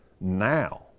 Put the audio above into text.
now